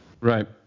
Right